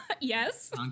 yes